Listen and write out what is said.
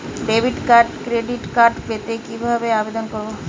Debit বা credit card পেতে কি ভাবে আবেদন করব?